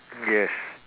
yes